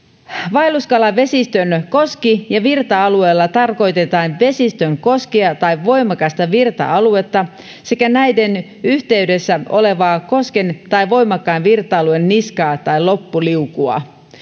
vaelluskalavesistön koski ja virta alueella tarkoitetaan vesistön koskea tai voimakasta virta aluetta sekä näiden yhteydessä olevaa kosken tai voimakkaan virta alueen niskaa tai loppuliukua